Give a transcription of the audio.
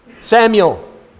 Samuel